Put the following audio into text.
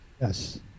Yes